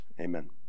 Amen